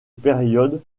période